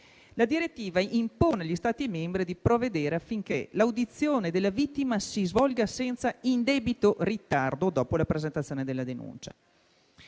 La direttiva impone agli Stati membri di provvedere affinché l'audizione della vittima si svolga senza indebito ritardo dopo la presentazione della denuncia.